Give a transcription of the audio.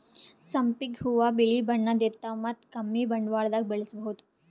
ಸಂಪಿಗ್ ಹೂವಾ ಬಿಳಿ ಬಣ್ಣದ್ ಇರ್ತವ್ ಮತ್ತ್ ಕಮ್ಮಿ ಬಂಡವಾಳ್ದಾಗ್ ಬೆಳಸಬಹುದ್